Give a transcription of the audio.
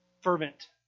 fervent